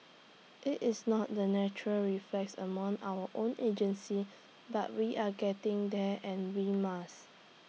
IT is not the natural reflex among our own agencies but we are getting there and we must